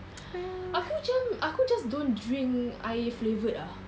aku macam aku just don't drink air flavoured ah